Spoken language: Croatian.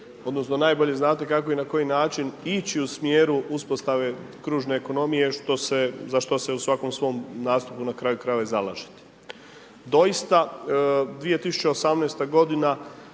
odnosno najbolje znati kako i na koji način ići u smjeru uspostave kružne ekonomije, za što se u svakom svom nastupu i zalažete. Doista 2018. godina,